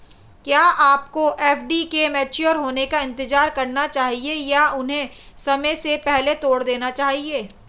क्या आपको एफ.डी के मैच्योर होने का इंतज़ार करना चाहिए या उन्हें समय से पहले तोड़ देना चाहिए?